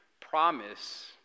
promise